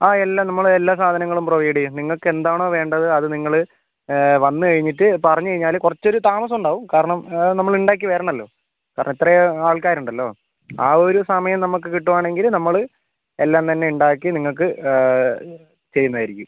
ആ എല്ലാം നമ്മൾ എല്ലാ സാധനങ്ങളും പ്രൊവൈഡ് ചെയ്യാം നിങ്ങൾക്ക് എന്താണോ വേണ്ടത് അത് നിങ്ങൾ വന്ന് കഴിഞ്ഞിട്ട് പറഞ്ഞ് കഴിഞ്ഞാൽ കുറച്ച് ഒരു താമസം ഉണ്ടാവും കാരണം നമ്മൾ ഉണ്ടാക്കി വരണല്ലൊ കാരണം ഇത്രയും ആൾക്കാർ ഉണ്ടല്ലോ ആ ഒരു സമയം നമുക്ക് കിട്ടുവാണെങ്കിൽ നമ്മൾ എല്ലാം തന്നെ ഉണ്ടാക്കി നിങ്ങൾക്ക് ചെയ്യുന്നത് ആയിരിക്കും